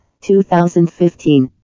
2015